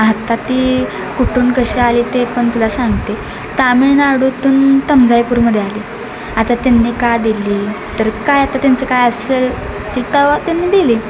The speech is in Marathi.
आता ती कुठून कशी आली ते पण तुला सांगते तामिळनाडूतून तंजायपूरमध्ये आली आता त्यांनी का दिली तर काय आता त्यांचं काय असेल ती तेव्हा त्यांनी दिली